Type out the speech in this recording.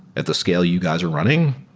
at the scale you guys are running?